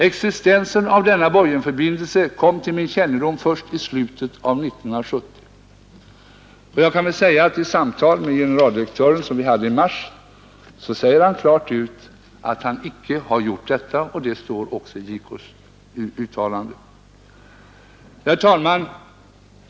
Existensen av denna borgensförbindelse kom till min kännedom först i slutet av 1970. Jag kan också nämna att vid samtal med generaldirektören i mars 1971 sade han klart ut att han icke har gjort detta, och det står också i JK uttalande. Herr talman!